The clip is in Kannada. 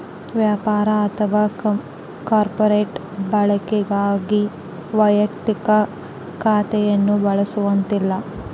ವ್ಯಾಪಾರ ಅಥವಾ ಕಾರ್ಪೊರೇಟ್ ಬಳಕೆಗಾಗಿ ವೈಯಕ್ತಿಕ ಖಾತೆಯನ್ನು ಬಳಸುವಂತಿಲ್ಲ